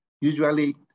Usually